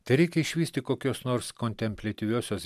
tai reikia išvysti kokios nors kontempliatyviosios